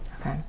Okay